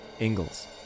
Ingalls